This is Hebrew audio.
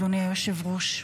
אדוני היושב-ראש?